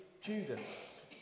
Judas